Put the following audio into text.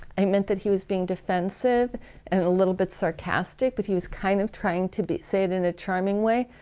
i meant that he was being defensive and a little bit sarcastic but he was kind of trying to say it in a charming way.